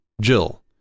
Jill